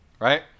right